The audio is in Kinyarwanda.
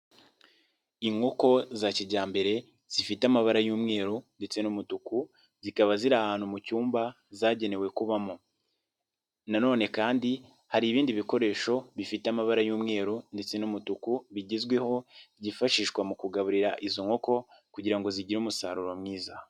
Inkoko za kijyambere zifite amabara y'umweru ndetse n'umutuku zikaba ziri ahantu mu cyumba zagenewe kubamo. Na none kandi hari ibindi bikoresho bifite amabara y'umweru ndetse n'umutuku bigezweho byifashishwa mu kugaburira izo nkoko kugira ngo zigire umusaruro mwiza.